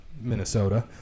Minnesota